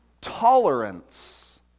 tolerance